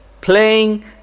playing